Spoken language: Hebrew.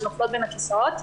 שנופלות בין הכיסאות.